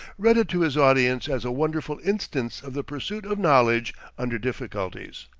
read it to his audience as a wonderful instance of the pursuit of knowledge under difficulties.